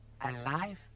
Alive